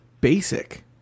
basic